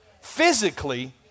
physically